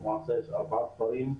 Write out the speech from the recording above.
ארבעה כפרים,